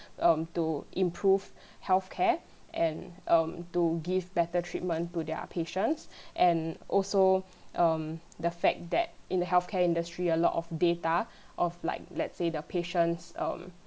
um to improve healthcare and um to give better treatment to their patients and also um the fact that in the healthcare industry a lot of data of like let's say the patient's um